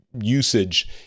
usage